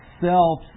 self